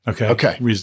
Okay